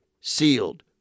sealed